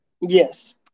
Yes